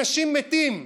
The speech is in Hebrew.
אנשים מתים.